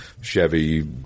chevy